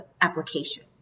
application